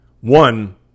one